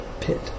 pit